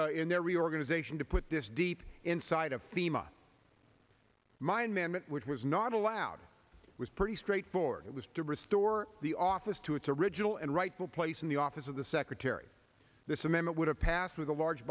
reorganization to put this deep inside of thema mine management which was not allowed was pretty straightforward it was to restore the office to its original and rightful place in the office of the secretary this amendment would have passed with a large